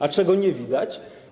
A czego nie widać?